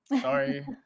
Sorry